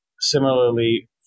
similarly